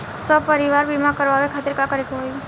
सपरिवार बीमा करवावे खातिर का करे के होई?